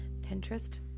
Pinterest